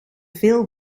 veel